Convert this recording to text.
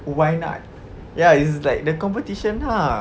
why not ya is like the competition ah